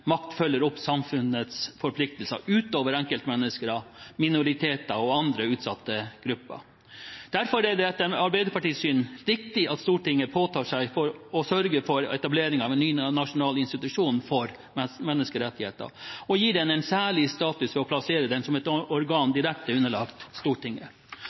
makt følger opp samfunnets forpliktelser overfor enkeltmennesker, minoriteter og andre utsatte grupper. Derfor er det etter Arbeiderpartiets syn riktig at Stortinget påtar seg å sørge for etablering av en ny nasjonal institusjon for menneskerettigheter, og gir den en særlig status ved å plassere den som et organ direkte underlagt Stortinget.